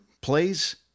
plays